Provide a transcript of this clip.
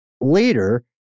later